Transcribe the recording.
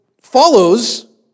follows